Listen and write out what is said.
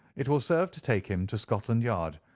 it will serve to take him to scotland yard.